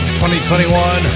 2021